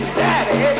daddy